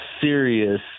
serious